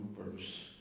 verse